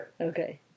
okay